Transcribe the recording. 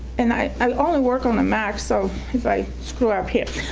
and i um only work on the mac, so if i screw up here